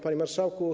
Panie Marszałku!